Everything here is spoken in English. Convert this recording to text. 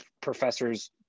professors